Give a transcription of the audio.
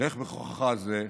לך בכוחך זה.